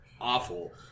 Awful